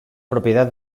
propiedad